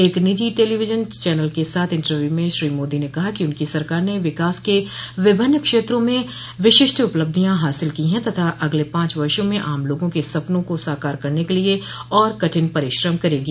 एक निजी television channel के साथ इंटरव्यू में श्री मोदी ने कहा कि उनकी सरकार ने विकास के विभिन्न क्षेत्रों में विशिष्ट उपलब्धियां हासिल की हैं तथा अगले पांच वर्षो में आम लोगों के सपनों को साकार करने के लिये और कठिन परिश्रम करेगी